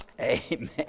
Amen